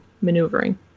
maneuvering